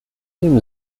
dem